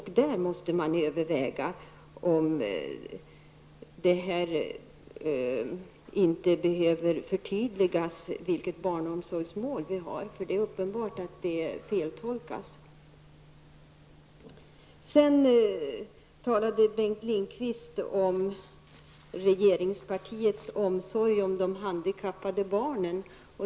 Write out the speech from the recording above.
Här måste man överväga om barnomsorgsmålet inte bör förtydligas. Det är uppenbart att detta feltolkas. Bengt Lindqvist talade om regeringspartiets omsorg om de handikappade barnen.